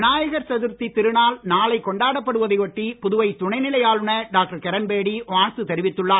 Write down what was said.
விநாயகர் சதுர்த்தி திருநாள் நாளை கொண்டாடப்படுவதை ஒட்டி புதுவை துணைநிலை ஆளுநர் டாக்டர் கிரண்பேடி வாழ்த்து தெரிவித்துள்ளார்